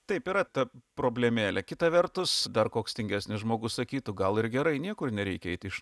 taip yra ta problemėlė kita vertus dar koks tingesnis žmogus sakytų gal ir gerai niekur nereikia eiti iš